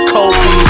Kobe